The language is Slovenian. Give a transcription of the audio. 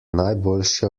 najboljše